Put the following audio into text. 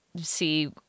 see